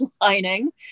lining